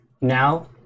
now